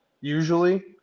usually